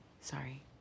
Sorry